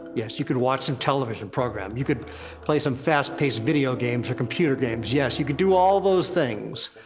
yes, you could watch some television program, you could play some fast-paced video games or computer games. yes, you could do all those things.